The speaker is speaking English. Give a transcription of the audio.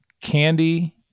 Candy